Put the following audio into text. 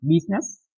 business